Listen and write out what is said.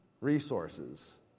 resources